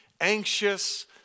anxious